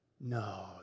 no